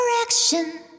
direction